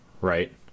right